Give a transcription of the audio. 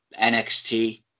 NXT